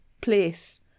place